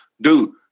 Dude